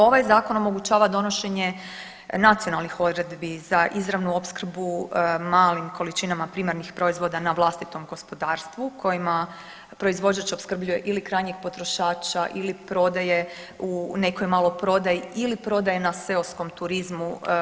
Ovaj zakon omogućava donošenje nacionalnih odredbi za izravnu opskrbu malim količinama primarnih proizvoda na vlastitom gospodarstvu kojima proizvođač opskrbljuje ili krajnjeg potrošača ili prodaje u nekoj maloprodaji ili prodaje na seoskom turizmu.